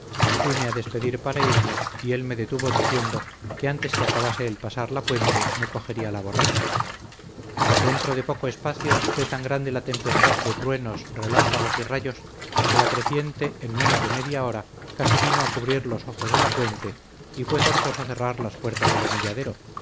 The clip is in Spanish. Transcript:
fuime a despedir para irme y él me detuvo diciendo que antes que acabase de pasar la puente me cogería la borrasca dentro de poco espacio fué tan grande la tempestad de truenos relámpagos y rayos que la creciente en menos de media hora casi vino a cubrir los ojos de la puente y fué forzoso cerrar las puertas del humilladero